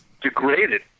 degraded